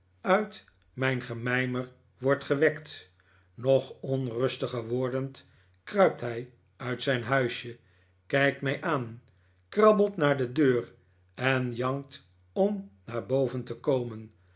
uit mijn gemijmer word gewekt nog onrustiger wordend kruipt hij uit zijn huisje kijkt mij aan krabbelt naar de deur en jankt om naar boven te komen